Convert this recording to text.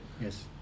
Yes